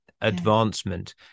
advancement